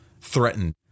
threatened